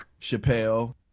Chappelle